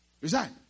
Resign